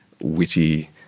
witty